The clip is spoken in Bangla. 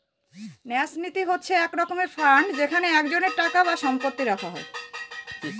ন্যাস নীতি হচ্ছে এক রকমের ফান্ড যেখানে একজনের টাকা বা সম্পত্তি রাখা হয়